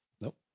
Nope